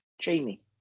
Jamie